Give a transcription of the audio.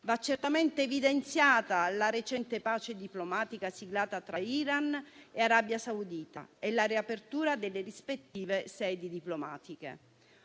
Vanno certamente evidenziate la recente pace diplomatica siglata tra Iran e Arabia Saudita e la riapertura delle rispettive sedi diplomatiche,